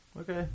Okay